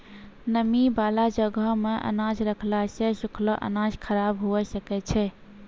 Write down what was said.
नमी बाला जगहो मे अनाज रखला से सुखलो अनाज खराब हुए सकै छै